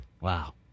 Wow